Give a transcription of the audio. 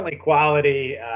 quality